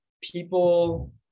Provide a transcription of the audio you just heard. people